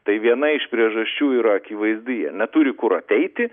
tai viena iš priežasčių yra akivaizdi jie neturi kur ateiti